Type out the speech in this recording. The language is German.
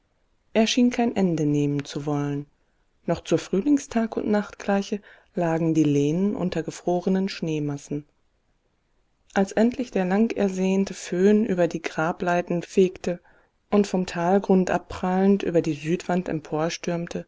er schien kein ende nehmen zu wollen noch zur frühlings tagundnachtgleiche lagen die lehnen unter gefrorenen schneemassen als endlich der langersehnte föhn über die grableiten fegte und vom talgrund abprallend über die